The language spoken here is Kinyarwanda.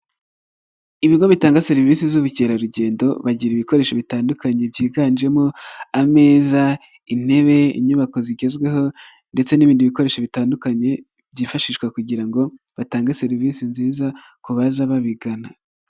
ibigo bitanga serivisi z'ubukerarugendo bagira ibikoresho bitandukanye byiganjemo, ameza, intebe, inyubako zigezweho ndetse n'ibindi bikoresho bitandukanye byifashishwa kugira ngo batange serivisi nziza kuza babigana.